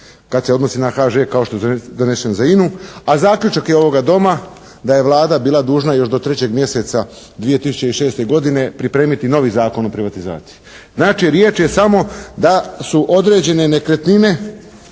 kad se odnosi na HŽ kao što je donesen za INA-u. A zaključak je ovoga doma da je Vlada bila dužna još do 3. mjeseca 2006. godine pripremiti novi Zakon o privatizaciji. Znači, riječ je samo da su određene nekretnine